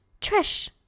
Trish